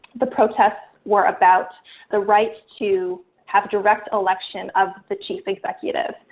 the protests were about the rights to have direct election of the chief executive,